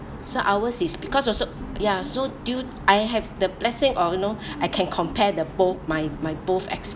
so ours is because also ya so due I have the blessing of you know I can compare the both my my both